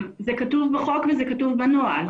שאלה מצוין.